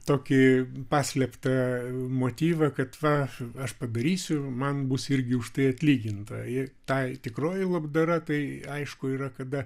tokį paslėptą motyvą kad va aš padarysiu ir man bus irgi už tai atlyginta ir ta tikroji labdara tai aišku yra kada